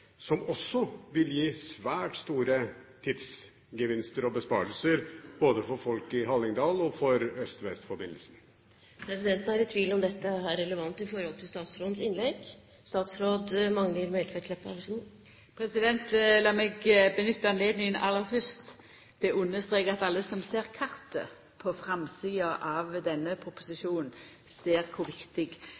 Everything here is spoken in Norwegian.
som også vil gi svært store tidsgevinster og besparelser, både for folk i Hallingdal og for øst–vest-forbindelsen. Presidenten er i tvil om dette er relevant i forhold til statsrådens innlegg. Lat meg nytta høvet aller fyrst til å understreka at alle som ser kartet på framsida av denne proposisjonen, ser kor viktig